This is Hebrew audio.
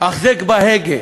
החזק בהגה.